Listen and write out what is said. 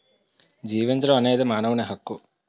జీవించడం అనేది మానవుని హక్కు